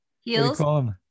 Heels